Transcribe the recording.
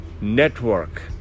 network